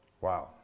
Wow